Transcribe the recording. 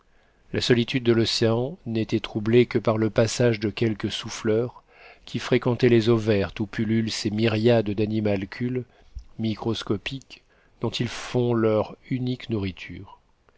la solitude de l'océan n'était troublée que par le passage de quelques souffleurs qui fréquentaient les eaux vertes où pullulent ces myriades d'animalcules microscopiques dont ils font leur unique nourriture